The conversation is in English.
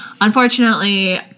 Unfortunately